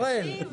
הראל,